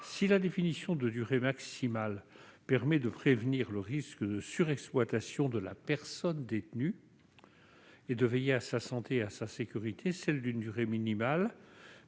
Si la définition de durées maximales de travail permet de prévenir le risque de surexploitation de la personne détenue et de veiller à sa santé et sa sécurité, celle d'une durée minimale permettrait